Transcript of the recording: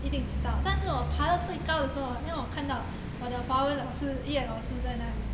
一定迟到但是我爬到最高的时候 hor then 我看到我的华文老师叶老师在那里